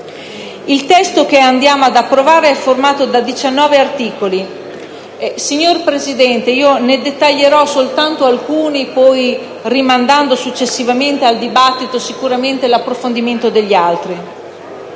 Il testo che andiamo ad approvare è formato da 19 articoli. Signor Presidente, ne dettaglierò soltanto alcuni, rimandando al successivo dibattito l'approfondimento degli altri.